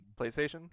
PlayStation